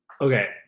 Okay